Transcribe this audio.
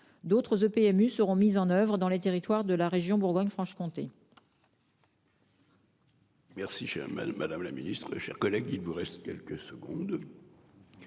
D'autres EPMU seront mises en oeuvre dans les territoires de la région Bourgogne-Franche-Comté.